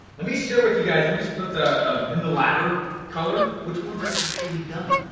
let me share with you guys, let me just put ah um in the ladder color which ones are actually done.